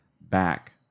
back